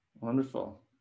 Wonderful